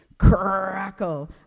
Crackle